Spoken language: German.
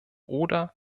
oder